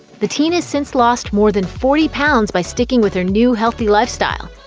the teen has since lost more than forty pounds by sticking with her new, healthy lifestyle.